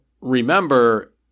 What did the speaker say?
remember